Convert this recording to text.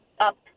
up